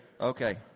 Okay